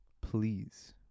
please